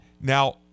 now